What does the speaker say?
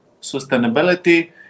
sustainability